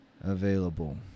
available